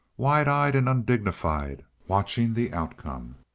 wide-eyed and undignified, watching the outcome.